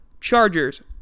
Chargers